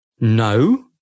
No